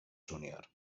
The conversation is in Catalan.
júnior